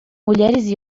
mulheres